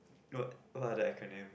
what what the other acronym